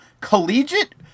collegiate